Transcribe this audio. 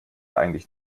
eigentlich